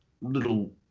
little